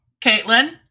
Caitlin